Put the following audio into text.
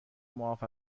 معاف